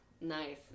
Nice